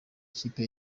ikipe